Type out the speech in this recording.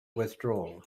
withdrawal